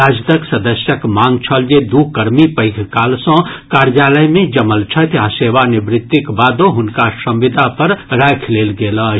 राजद सदस्यक मांग छल जे दू कर्मी पैघ काल सँ कार्यालय मे जमल छथि आ सेवानिवृत्तिक बादो हुनका संविदा पर राखि लेल गेल अछि